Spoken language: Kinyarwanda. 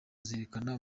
zerekana